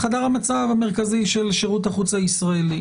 הוא חדר המצב המרכזי של שירות החוץ הישראלי.